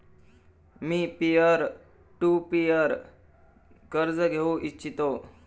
me peer to peer कर्ज घेऊ इच्छितो